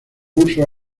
uso